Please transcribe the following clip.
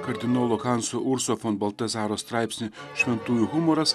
kardinolo hanso urso fon baltazaro straipsnį šventųjų humoras